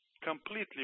completely